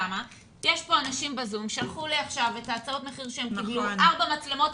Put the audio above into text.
יש אנשים ב-זום והם שלחו לי עכשיו את הצעות שהם קיבלו - ארבע מצלמות,